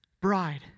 bride